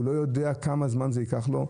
הוא לא יודע כמה זמן זה ייקח לו,